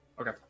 Okay